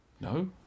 No